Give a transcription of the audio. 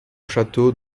château